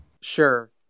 Sure